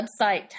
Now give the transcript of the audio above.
website